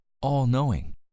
all-knowing